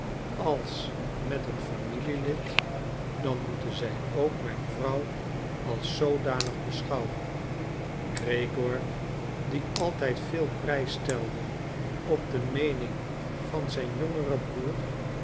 als met een familielid dan moeten zij ook mijn vrouw als zoodanig beschouwen gregoor die altijd veel prijs stelde op de meening van zijn jongeren broeder